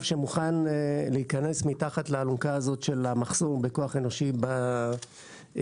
שמוכן להכנס מתחת לאלונקה הזאת של המחסור בכוח אנושי בהייטק,